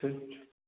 ठीक